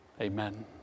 amen